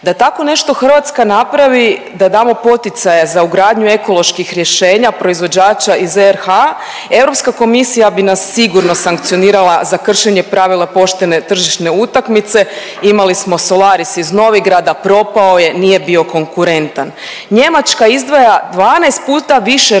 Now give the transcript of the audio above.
Da tako nešto Hrvatska napravi da damo poticaje za ugradnju ekoloških rješenja proizvođača iz RH Europska komisija bi nas sigurno sankcionirala za kršenje pravila poštene tržišne utakmice. Imali smo Solaris iz Novigrada, propao je, nije bio konkurentan. Njemačka izdvaja 12 puta više novaca